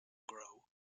grow